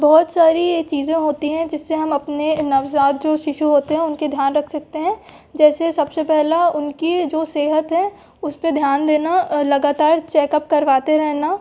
बहोत सारी ये चीज़ें होती हैं जिससे हम अपने नवज़ात जो शिशु होते हैं उनकी ध्यान रख सकते हैं जैसे सबसे पहला उनकी जो सेहत है उसपे ध्यान देना लगातार चेकअप करवाते रहना